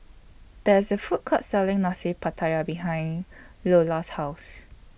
There IS A Food Court Selling Nasi Pattaya behind Loula's House